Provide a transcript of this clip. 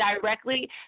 directly